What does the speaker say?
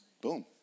boom